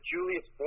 Julius